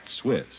Swiss